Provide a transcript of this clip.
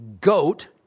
goat